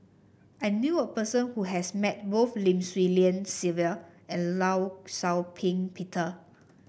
I knew a person who has met both Lim Swee Lian Sylvia and Law Shau Ping Peter